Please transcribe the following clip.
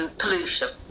pollution